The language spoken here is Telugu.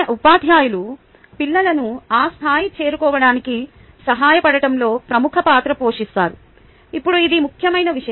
ఉపాధ్యాయులు పిల్లలను ఆ స్థాయి చేరుకోవడానికి సహాయపడటంలో ప్రముఖ పాత్ర పోషిస్తారు ఇప్పుడు ఇది ముఖ్యమైన విషయం